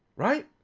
right?